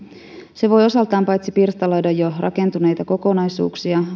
se voi osaltaan paitsi pirstaloida jo rakentuneita kokonaisuuksia